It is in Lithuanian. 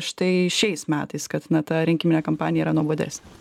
štai šiais metais kad na ta rinkiminė kampanija yra nuobodesnė